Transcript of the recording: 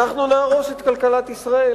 אנחנו נהרוס את כלכלת ישראל.